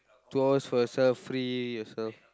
two hours for yourself free yourself